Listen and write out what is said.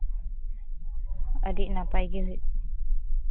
ᱟᱹᱰᱤ ᱱᱟᱯᱟᱭ ᱜᱮ ᱦᱩᱭᱩᱜᱼᱟ